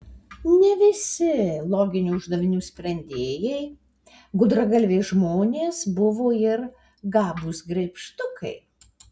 ne visi loginių uždavinių sprendėjai gudragalviai žmonės buvo ir gabūs graibštukai